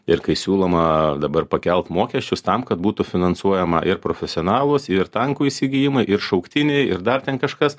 ir kai siūloma dabar pakelt mokesčius tam kad būtų finansuojama ir profesionalūs ir tankų įsigijimui ir šauktiniai ir dar ten kažkas